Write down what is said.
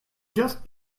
just